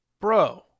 Bro